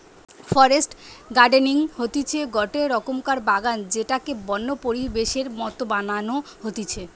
forest gardening হতিছে গটে রকমকার বাগান যেটাকে বন্য পরিবেশের মত বানানো হতিছে